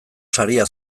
saria